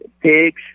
pigs